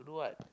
to do what